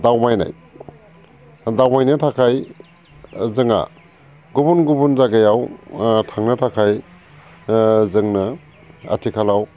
दावबायनाय दावबायनो थाखाय जोंहा गुबुन गुबुन जागायाव ओ थांनो थाखाय ओ जोंनो आथिखालाव